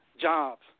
jobs